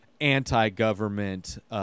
anti-government